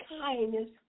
kindness